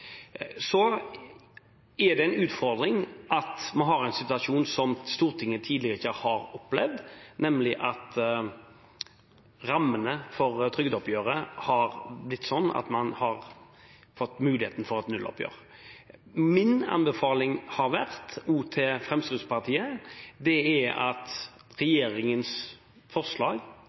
det. Det er en utfordring at vi har en situasjon Stortinget tidligere ikke har opplevd, nemlig at rammene for trygdeoppgjøret har blitt sånn at man har fått et nulloppgjør. Min anbefaling har vært, også til Fremskrittspartiet, at regjeringens forslag